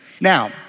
Now